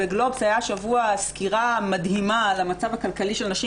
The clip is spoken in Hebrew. בגלובס הייתה השבוע סקירה מדהימה על המצב הכלכלי של הנשים.